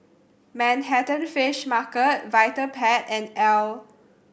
Manhattan Fish Market Vitapet and Elle